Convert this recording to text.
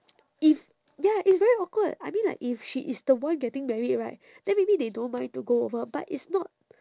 if ya it's very awkward I mean like if she is the one getting married right then maybe they don't mind to go over but it's not